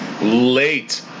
late